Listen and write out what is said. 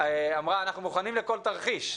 אמרה פה בשבוע שעבר שהם מוכנים לכל תרחיש.